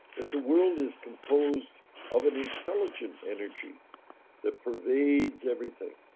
that the world is composed of an intelligent energy that pervades everything